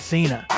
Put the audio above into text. Cena